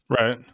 Right